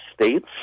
states